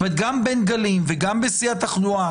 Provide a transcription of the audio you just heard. זאת אומרת גם בין גלים וגם בשיא התחלואה